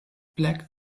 black